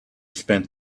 spent